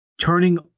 Turning